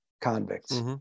convicts